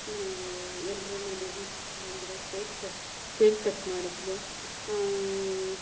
ನಾವು ಎಲ್ರುನುನು ಬಂದರು ಕೇಕ್ ಕಟ್ ಕೇಕ್ ಕಟ್ ಮಾಡಿದ್ವಿ